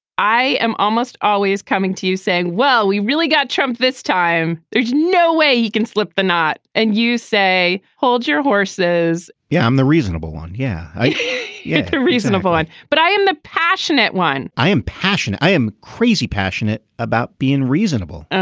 i am almost always coming to you saying well we really got trump this time. there's no way he can slip the knot and you say hold your horses yeah i'm the reasonable one. yeah i yeah a reasonable end and but i am the passionate one i am passionate i am crazy passionate about being reasonable